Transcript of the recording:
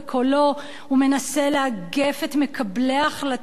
הוא מנסה לאגף את מקבלי ההחלטות בממשלה